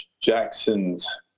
Jackson's